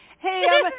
Hey